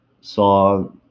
saw